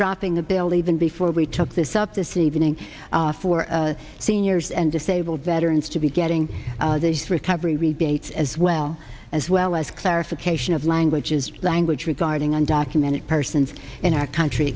dropping the bill even before we took this up this evening for seniors and disabled veterans to be getting a recovery rebate as well as well as clarification of languages language regarding undocumented persons in our country